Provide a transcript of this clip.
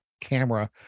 camera